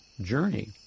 journey